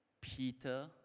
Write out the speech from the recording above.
Peter